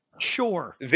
Sure